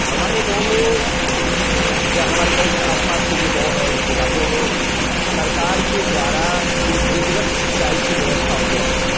हमारे गाँव में या हमारे गाँव के आसपास के जो गाँव है उस इलाके में सरकार के द्वारा कोई विधिवत सिंचाई की व्यवस्था उपलब्ध नहीं है